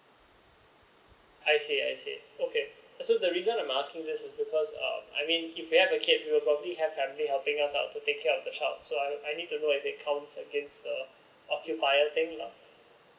I see I see okay so the reason I'm asking this is because uh I mean if we have a kid we'll probably have family helping us out to take care of the child so I need to know if it counts against the occupier thing lah